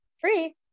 free